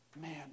Man